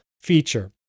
feature